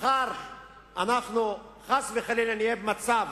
מחר אנחנו חס וחלילה נהיה במצב